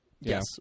Yes